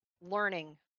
learning